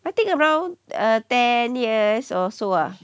I think around uh ten years or so ah